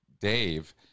Dave